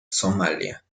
somalia